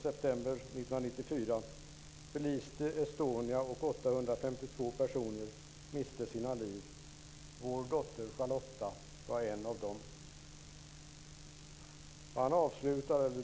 De inleder så här: 852 personer miste sina liv, vår dotter Charlotta är en av dem."